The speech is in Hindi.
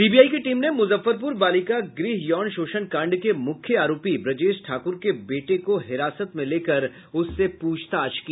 सीबीआई की टीम ने मुजफ्फरपुर बालिका गृह यौन शोषण कांड के मुख्य आरोपी ब्रजेश ठाकुर के बेटे को हिरासत में लेकर उससे पूछताछ की